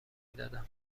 دادن